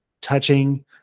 touching